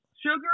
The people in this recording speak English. Sugar